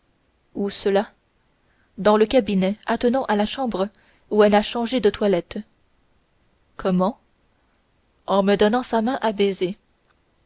où cela dans le cabinet attenant à la chambre où elle a changé de toilette comment en me donnant sa main à baiser